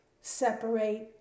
separate